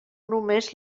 només